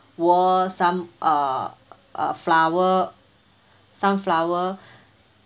wall some uh uh flower some flower